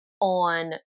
on